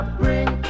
bring